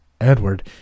Edward